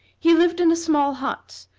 he lived in a small hut,